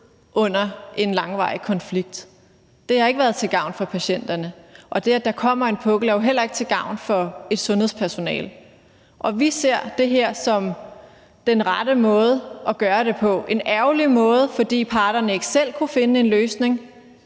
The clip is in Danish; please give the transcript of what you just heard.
under en langvarig konflikt. Det har ikke været til gavn for patienterne, og det, at der kommer en pukkel, er jo heller ikke til gavn for et sundhedspersonale. Og vi ser det her som den rette måde at gøre det på, men det er også en ærgerlig måde, fordi parterne ikke selv kunne finde en løsning.